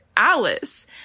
Alice